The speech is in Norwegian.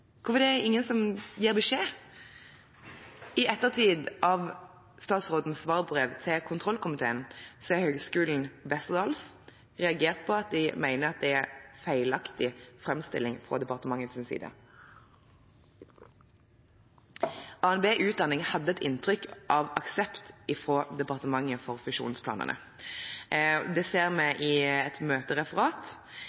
Hvorfor er det ingen som gir beskjed? I ettertid av statsrådens svarbrev til kontrollkomiteen har høgskolen Westerdals reagert på det de mener er en feilaktig framstilling fra departementets side. ABN Utdanning hadde et inntrykk av aksept fra departementet for fusjonsplanene. Det ser vi